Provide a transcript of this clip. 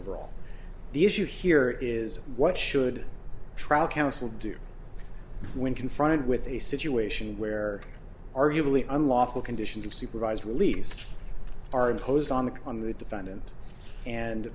overall the issue here is what should trial counsel do when confronted with a situation where arguably unlawful conditions of supervised release are imposed on the on the defendant and